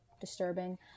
disturbing